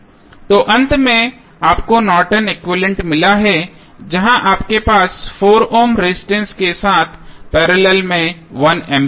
तो अंत में आपको नॉर्टन एक्विवैलेन्ट Nortons equivalent मिला जहां आपके पास 4 ओम रेजिस्टेंस के साथ पैरेलल में 1 एम्पीयर है